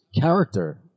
character